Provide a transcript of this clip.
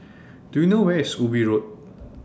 Do YOU know Where IS Ubi Road